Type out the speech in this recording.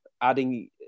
adding